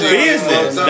business